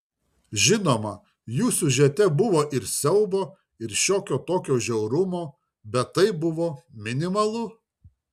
žinoma jų siužete buvo ir siaubo ir šiokio tokio žiaurumo bet tai buvo minimalu